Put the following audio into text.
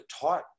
taught